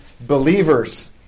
believers